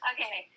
Okay